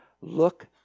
look